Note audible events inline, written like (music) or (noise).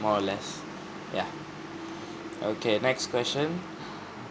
more or less yeah (breath) okay next question